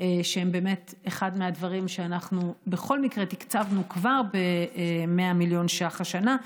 שהן באמת אחד הדברים שאנחנו בכל מקרה תקצבנו כבר ב-100 מיליון ש"ח השנה,